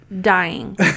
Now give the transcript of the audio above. dying